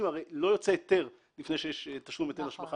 הרי לא יוצא היתר לפני שיש תשלום היטל השבחה